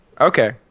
okay